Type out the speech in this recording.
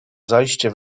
zajście